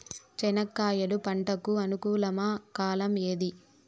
చెనక్కాయలు పంట కు అనుకూలమా కాలం ఏది?